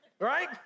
right